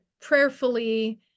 prayerfully